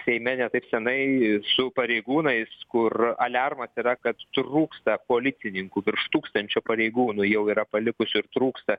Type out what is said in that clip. seime ne taip senai su pareigūnais kur aliarmas yra kad trūksta policininkų virš tūkstančio pareigūnų jau yra palikusių ir trūksta